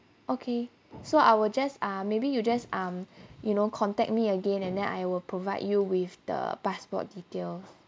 okay so I will just uh maybe you just um you know contact me again and then I will provide you with the passport details